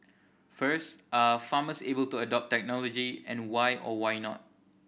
first are farmers able to adopt technology and why or why not